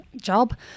job